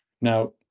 Now